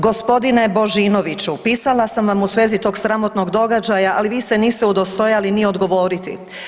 Gospodine Božinoviću pisala sam vam u svezi tog sramotnog događaja, ali vi se niste udostojali ni odgovoriti.